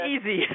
easy